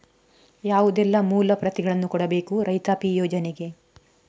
ಯಾವುದೆಲ್ಲ ಮೂಲ ಪ್ರತಿಗಳನ್ನು ಕೊಡಬೇಕು ರೈತಾಪಿ ಯೋಜನೆಗೆ?